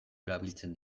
erabiltzen